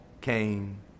came